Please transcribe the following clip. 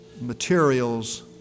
materials